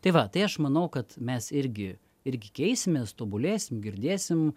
tai va tai aš manau kad mes irgi irgi keisimės tobulėsim girdėsim